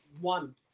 One